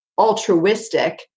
altruistic